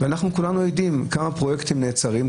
וכולנו יודעים כמה פרויקטים נעצרים,